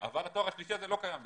אבל התואר השלישי הזה לא קיים בישראל.